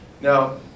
Now